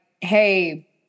hey